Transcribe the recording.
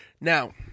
Now